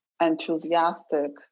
enthusiastic